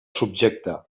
subjecte